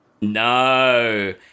No